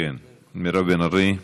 מירב בן ארי,